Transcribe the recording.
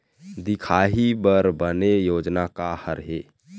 दिखाही बर बने योजना का हर हे?